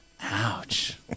Ouch